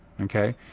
Okay